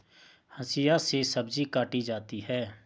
हंसिआ से सब्जी काटी जाती है